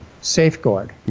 safeguard